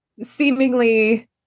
seemingly